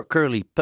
Curly